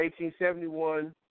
1871